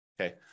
Okay